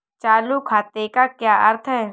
चालू खाते का क्या अर्थ है?